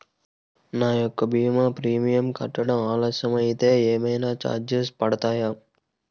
నా యెక్క భీమా ప్రీమియం కట్టడం ఆలస్యం అయితే ఏమైనా చార్జెస్ పడతాయా?